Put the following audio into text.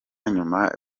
nyuma